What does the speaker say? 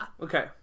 Okay